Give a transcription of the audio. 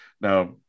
now